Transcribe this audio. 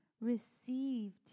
Received